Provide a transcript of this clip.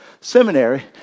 Seminary